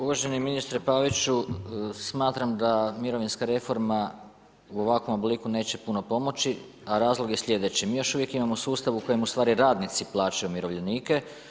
Uvaženi ministre Paviću, smatram da mirovinska reforma u ovakvom obliku neće puno pomoći, a razlog je sljedeći, mi još uvijek imamo sustav u kojem ustvari radnici plaćaju umirovljenike.